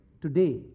today